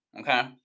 Okay